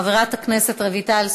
חברת הכנסת רויטל סויד,